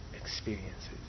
experiences